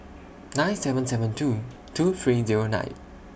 nine seven seven two two three Zero nine